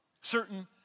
certain